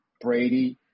Brady